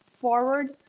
forward